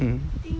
mm